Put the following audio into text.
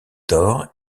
d’or